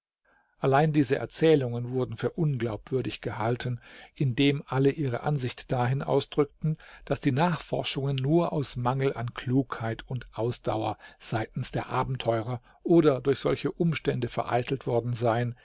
allein diese erzählungen wurden für unglaubwürdig gehalten indem alle ihre ansicht dahin ausdrückten daß die nachforschungen nur aus mangel an klugheit und ausdauer seitens der abenteurer oder durch solche umstände vereitelt worden seien